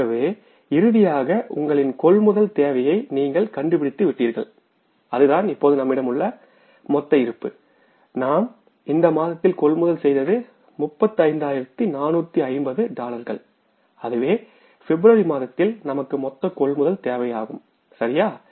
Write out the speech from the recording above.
ஆகவே இறுதியாக உங்களின் கொள்முதல் தேவையை நீங்கள் கண்டுபிடித்து விட்டீர்கள் அதுதான் இப்போது நம்மிடம் உள்ள மொத்த இருப்பு நாம் இந்த மாதத்தில் கொள்முதல் செய்த 35 ஆயிரத்து 450 டாலர்கள் அதுவே பிப்ரவரி மாதத்தில் நமது மொத்த கொள்முதல் தேவையாகும்சரியா